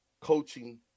coaching